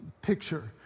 picture